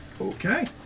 Okay